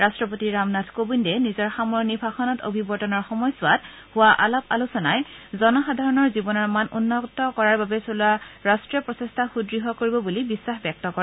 ৰাষ্ট্ৰপতি ৰামনাথ কোবিন্দে নিজৰ সামৰণি ভাষণত অভিৱৰ্তনৰ সময়ছোৱাত হোৱা আলাপ আলোচনাই জনসাধাৰণৰ জীৱনৰ মান উন্নত কৰাৰ বাবে চলোৱা ৰাষ্ট্ৰীয় প্ৰচেষ্টা সুদৃঢ় কৰিব বুলি বিশ্বাস ব্যক্ত কৰে